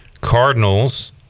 Cardinals